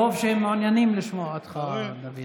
טוב שהם מעוניינים לשמוע אותך, דוד.